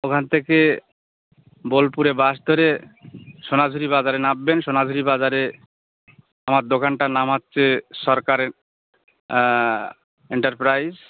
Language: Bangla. ওখান থেকে বোলপুরে বাস ধরে সোনাঝুড়ি বাজারে নামবেন সোনাঝুড়ি বাজারে আমার দোকানটার নাম হচ্ছে সরকারের এন্টারপ্রাইজ